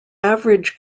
average